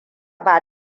ba